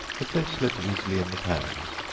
if they slip easily in the pans,